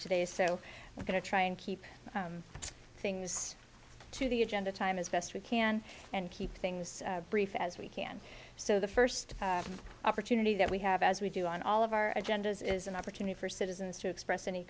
today so i'm going to try and keep things to the agenda time as best we can and keep things brief as we can so the first opportunity that we have as we do on all of our agendas is an opportunity for citizens to express any